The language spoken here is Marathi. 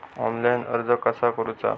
ऑनलाइन कर्ज कसा करायचा?